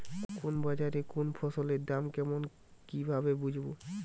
কোন বাজারে কোন ফসলের দাম কেমন কি ভাবে বুঝব?